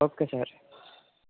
okay sir